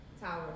Tower